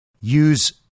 use